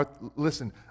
Listen